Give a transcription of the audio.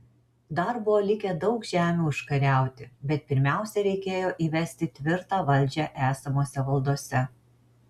dar buvo likę daug žemių užkariauti bet pirmiausia reikėjo įvesti tvirtą valdžią esamose valdose